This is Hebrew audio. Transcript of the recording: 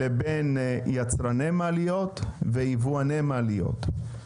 לבין יצרני מעליות ויבואני מעליות.